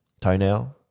Toenail